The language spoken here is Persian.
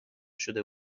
شده